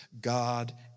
God